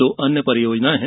दो अन्य परियोजनाए है